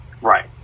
Right